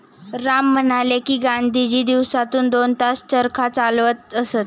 राम म्हणाले की, गांधीजी दिवसातून दोन तास चरखा चालवत असत